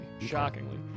Shockingly